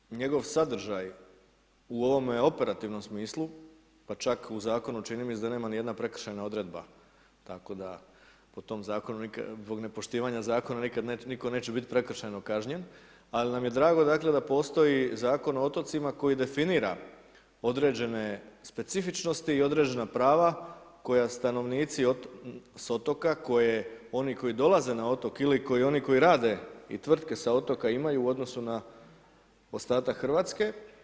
Iako je njegov sadržaj u ovome operativnom smislu, pa čak u zakonu, čini mi se da nema ni jedna prekršajna odredba, tako da, zbog nepoštivanja zakona, nitko neće biti prekršajno kažnjen, ali nam je drago da postoji Zakon o otocima, koji definira određene specifičnosti i određena prava, koje stanovnici s otoka, koje oni koji dolaze na otok ili oni koji rade i tvrtke sa otoka imaju u odnosu na ostatak Hrvatske.